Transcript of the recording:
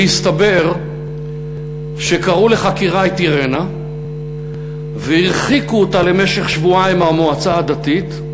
והסתבר שקראו לחקירה את אירנה והרחיקו אותה למשך שבועיים מהמועצה הדתית.